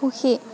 সুখী